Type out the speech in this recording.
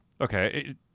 okay